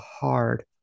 hard